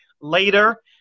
later